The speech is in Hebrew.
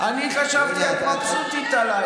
אני מתחשבת בבן אדם, אני חשבתי שאת מבסוטית עליי.